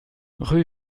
rue